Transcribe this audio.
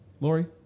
Lori